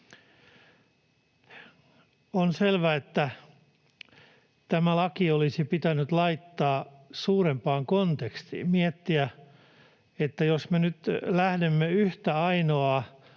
On selvää, että tämä laki olisi pitänyt laittaa suurempaan kontekstiin, miettiä, että jos me nyt lähdemme yhtä ainoaa